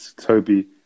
Toby